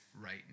right